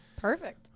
perfect